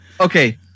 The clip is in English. Okay